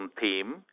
theme